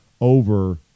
over